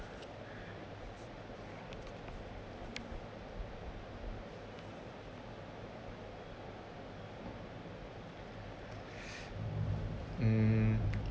mm